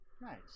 Nice